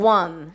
one